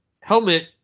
Helmet